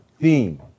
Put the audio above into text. theme